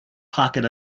pocket